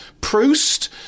Proust